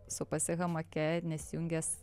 supasi hamake nesijungęs